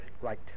Right